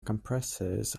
compressors